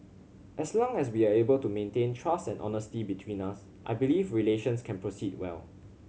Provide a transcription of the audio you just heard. as long as we are able to maintain trust and honesty between us I believe relations can proceed well